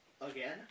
again